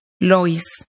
Lois